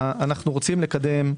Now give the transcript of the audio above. אנו רוצים לקדם.